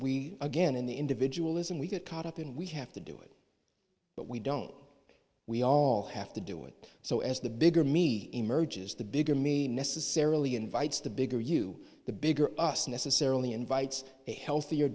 we again in the individual is and we get caught up in we have to do it but we don't we all have to do it so as the bigger me emerges the bigger me necessarily invites the bigger you the bigger us necessarily invites a healthier